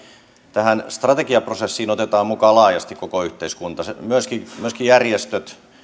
tähän strategiaprosessiin otetaan mukaan laajasti koko yhteiskunta myöskin myöskin järjestöt